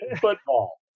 football